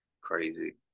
Crazy